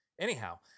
Anyhow